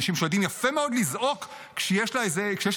אנשים שיודעים יפה מאוד לזעוק כשיש אבק,